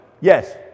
Yes